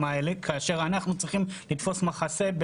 האלה כאשר אנחנו צריכים לתפוס מחסה.